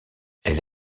elle